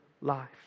life